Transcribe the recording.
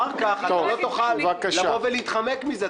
אחר כך אתה לא תוכל לבוא ולהתחמק מזה,